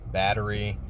battery